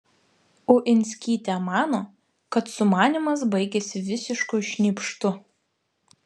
uinskytė mano kad sumanymas baigėsi visišku šnypštu